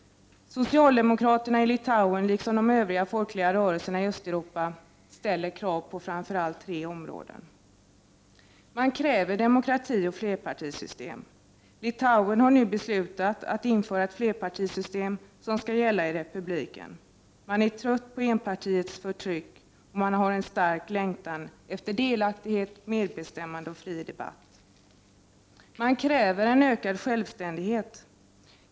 Socialdemokraterna i Litauen, liksom de övriga folkliga rörelserna i Östeuropa, ställer krav på framför allt tre områden. Man kräver demokrati och flerpartisystem. Litauen har nu beslutat att införa ett flerpartisystem som skall gälla i republiken. Man är trött på enpartisystemets förtryck, och man har en stark längtan efter delaktighet, medbestämmande och fri debatt. Man kräver en ökad självständighet.